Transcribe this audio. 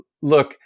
look